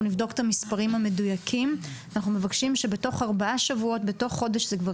אנחנו נבדוק את המספרים המדויקים ואנחנו מבקשים שבתוך חודש-זה כבר